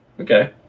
Okay